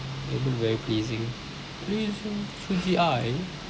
it'll look very pleasing pleasing to the eye